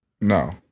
No